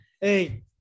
Hey